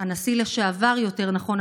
הנשיא לשעבר זומה, יותר נכון,